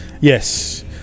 Yes